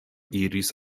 iris